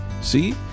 See